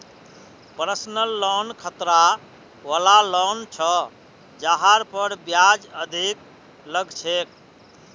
personal loan खतरा वला loan छ जहार पर ब्याज अधिक लग छेक